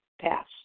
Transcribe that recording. Pass